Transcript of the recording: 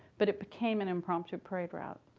but it became an impromptu parade route.